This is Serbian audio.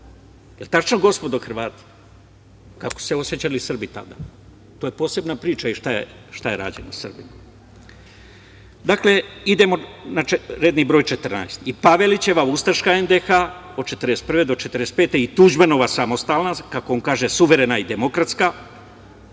je tačno gospodo Hrvati? Kako su se osećali Srbi tada? To je posebna priča i šta je rađeno Srbima. Dakle, idemo na redni broj četrnaest i Pavelićeva ustaška NDH od 1941. do 1945. i Tuđmanova samostalna, kako on kaže, suverena i demokratska,